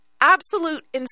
Absolute